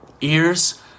Ears